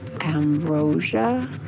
Ambrosia